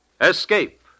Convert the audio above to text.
Escape